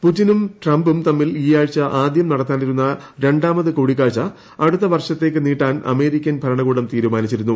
പുടിനും ട്രംപും തമ്മിൽ ഈയാഴ്ച ആദ്യം നടത്താനിരുന്ന രണ്ടാമത് കൂടിക്കാഴ്ച അടുത്ത വർഷത്തേയ്ക്ക് നീട്ടാൻ അമേരിക്കൻ ഭരണകൂടം തീരുമാനിച്ചിരുന്നു